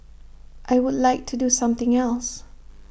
I would like to do something else